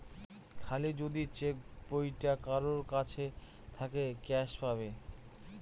খালি যদি চেক বইটা কারোর কাছে থাকে ক্যাস পাবে